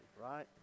right